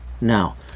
Now